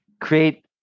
create